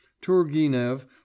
Turgenev